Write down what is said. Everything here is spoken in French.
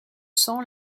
sang